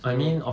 so